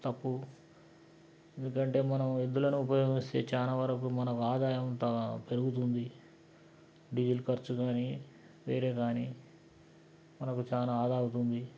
తప్పు ఎందుకంటే మనము ఎద్దులను ఉపయోగిస్తే చాలా వరకు మనకు ఆదాయం త పెరుగుతుంది డీసెల్ ఖర్చు కాని వేరే కాని మనకు చాలా ఆదా అవుతుంది